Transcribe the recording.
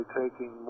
taking